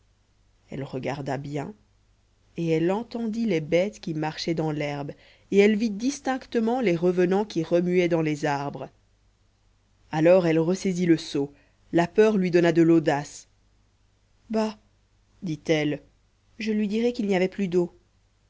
elle regarda bien et elle entendit les bêtes qui marchaient dans l'herbe et elle vit distinctement les revenants qui remuaient dans les arbres alors elle ressaisit le seau la peur lui donna de l'audace bah dit-elle je lui dirai qu'il n'y avait plus d'eau